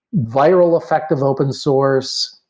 viral effect of open source.